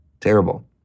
terrible